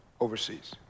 overseas